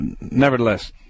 Nevertheless